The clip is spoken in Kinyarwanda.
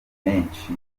menshi